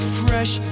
fresh